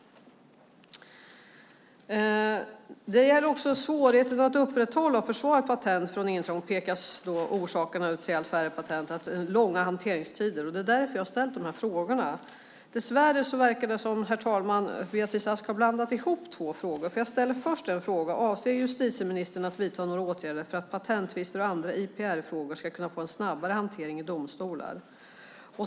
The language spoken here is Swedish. När det gäller svårigheten att upprätthålla och försvara patent från intrång pekas de långa hanteringstiderna ut som en av orsakerna till allt färre patent. Det är därför jag har ställt de här frågorna. Dess värre verkar det, herr talman, som om Beatrice Ask har blandat ihop två frågor. Jag ställde först en fråga: "Avser justitieministern att vidta några åtgärder för att patenttvister och andra IPR-frågor ska kunna få en snabbare hantering i domstolar?"